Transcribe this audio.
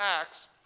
Acts